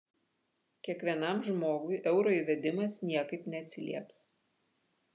kiekvienam žmogui euro įvedimas niekaip neatsilieps